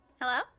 Hello